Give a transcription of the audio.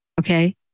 Okay